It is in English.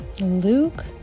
Luke